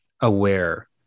aware